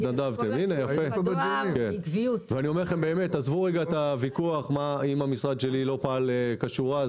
עזב רגע את הוויכוח אם המשרד שלי לא פעל כשורה.